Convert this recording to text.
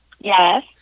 yes